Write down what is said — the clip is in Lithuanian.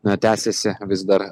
na tęsiasi vis dar